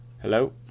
Hello